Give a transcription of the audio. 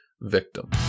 victim